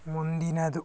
ಮುಂದಿನದು